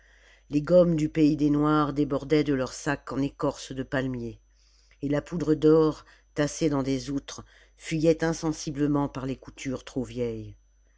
les gommes du pays des noirs débordaient de leurs sacs en écorce de palmier et la poudre d'or tassée dans des outres fuyait insensiblement par les coutures trop vieilles